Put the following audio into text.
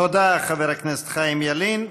תודה, חבר הכנסת חיים ילין.